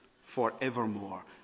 forevermore